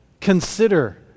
consider